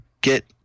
get